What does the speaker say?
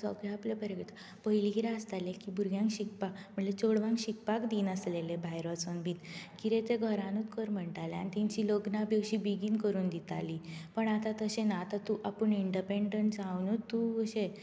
सगळें आपलें बरें करता पयलीं कितें आसतालें की भुरग्यांक शिकपा म्हळ्या चेडवांक शिकपाक दिनासलेले भायर वचोन बीन कितें तें घरानूत कर म्हणटाले आनी तेंचीं लग्नां बी अशीं बेगीन करून दितालीं पण आतां तशें ना आतां तूं आपूण इण्डपॅण्डंट जावनूत तूं अशें